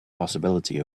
possibility